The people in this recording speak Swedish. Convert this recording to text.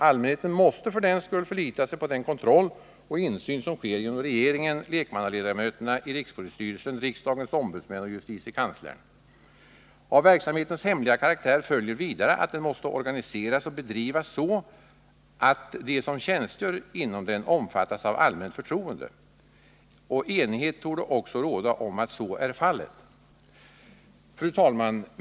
Allmänheten måste för den skull förlita sig på den kontroll och insyn som sker genom regeringen, lekmannaledamöterna i rikspolisstyrelsen, riksdagens ombudsmän och justitiekanslern. Av verksamhetens hemliga karaktär följer vidare att den måste organiseras och bedrivas så, att de som tjänstgör inom den omfattas av allmänt förtroende. Enighet torde också råda om att så är fallet. Fru talman!